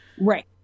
Right